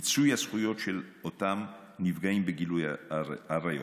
מיצוי הזכויות של אותם נפגעי גילוי עריות.